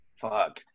Fuck